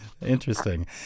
interesting